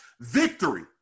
victory